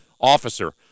Officer